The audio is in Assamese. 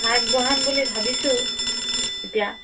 আগবঢ়াম বুলি ভাবিছোঁ এতিয়া